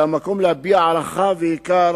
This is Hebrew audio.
זה המקום להביע הערכה ויקר